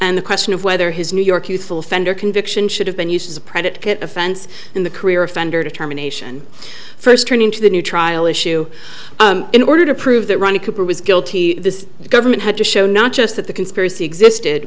and the question of whether his new york youthful offender conviction should have been used as a predicate offense in the career offender determination first turning to the new trial issue in order to prove that ronnie cooper was guilty the government had to show not just that the conspiracy existed